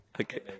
Okay